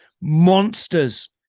monsters